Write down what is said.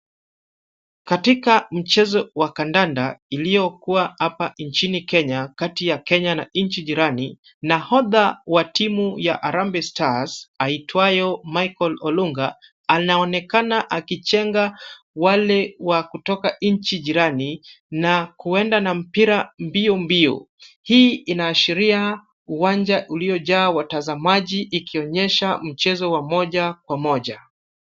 Katika mchezo wa kandanda iliyokua hapa nchini Kenya, kati ya Kenya na nchi jirani, nahodha wa timu ya Harambee stars aitwayo Michael Olunga, anaonekana akichenga wale wa kutoka nchi jirani na kuenda na mpira mbio mbio. Hii inaashiria uwanja uliojaa watazamaji ikionyesha mchezo wa moja kwa moja.